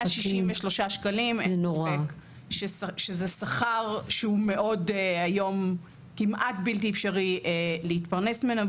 אין ספק שזהו שכר שכמעט בלתי אפשרי להתפרנס ממנו.